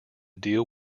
deal